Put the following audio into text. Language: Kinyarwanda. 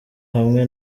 hamwe